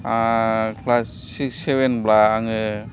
class six seven बा आङो